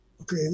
Okay